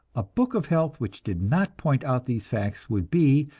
a book of health which did not point out these facts would be,